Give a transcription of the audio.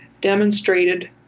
demonstrated